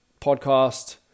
podcast